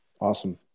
Awesome